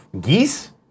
Geese